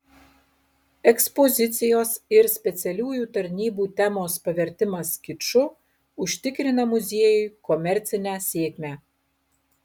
ekspozicijos ir specialiųjų tarnybų temos pavertimas kiču užtikrina muziejui komercinę sėkmę